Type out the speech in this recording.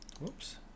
Whoops